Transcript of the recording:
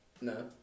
No